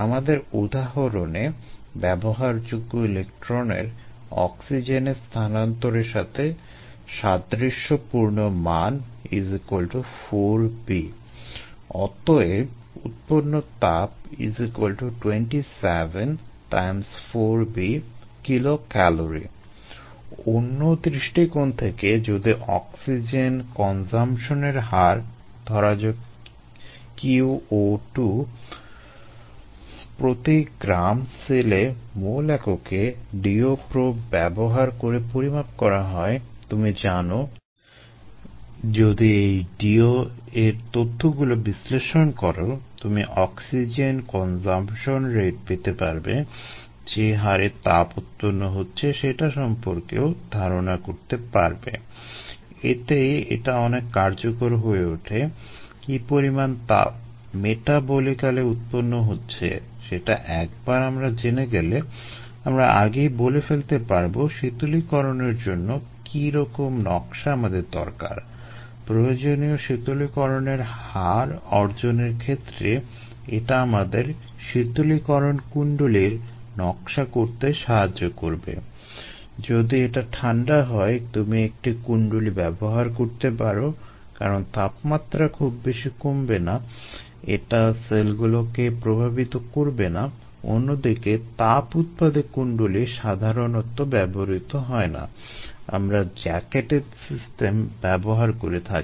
আমাদের উদাহরণে ব্যবহারযোগ্য ইলেক্ট্রনের অক্সিজেনে স্থানান্তরের সাথে সাদৃশ্যপূর্ণ মান 4b অতএব উৎপন্ন তাপ 27 Kcal অন্য দৃষ্টিকোণ থেকে যদি অক্সিজেন কনজাম্পশনের হার ধরা যাক qO2 প্রতি গ্রাম সেলে মোল এককে DO প্রোব ব্যবহার করে থাকি